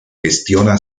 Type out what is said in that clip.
gestiona